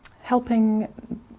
helping